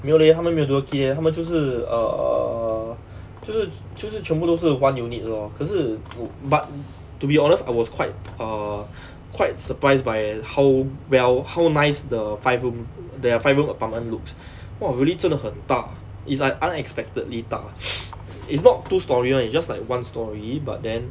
没有 leh 他们没有 dual key leh 他们就是 err 就是就是全部都是 one unit lor 可是 but to be honest I was quite err quite surprised by how well how nice the five room their five room apartment looked !wah! really 真的很大 it's like unexpectedly 大 it's not two storey one it's just like one storey but then